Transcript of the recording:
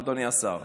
אדוני השר,